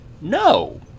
No